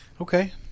Okay